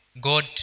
God